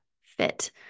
fit